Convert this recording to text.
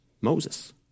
Moses